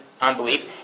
unbelief